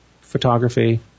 Photography